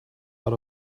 out